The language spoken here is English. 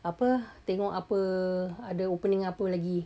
apa tengok apa ada opening apa lagi